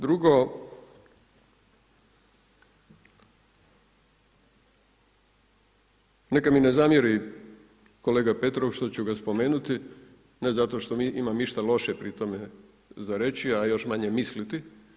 Drugo, neka mi ne zamjeri kolega Petrov što ću ga spomenuti, ne zato što imam išta loše pri tome za reći, a još manje misliti.